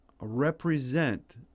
represent